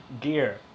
gear